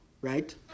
right